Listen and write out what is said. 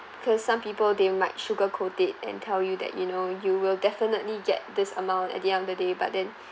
because some people they might sugar coat it and tell you that you know you will definitely get this amount at the end of the day but then